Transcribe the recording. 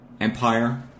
Empire